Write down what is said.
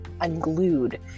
unglued